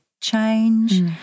change